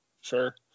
Sure